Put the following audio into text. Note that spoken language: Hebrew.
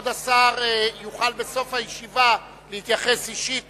כבוד השר יוכל בסוף הישיבה להתייחס אישית